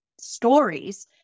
stories